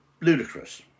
ludicrous